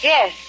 Yes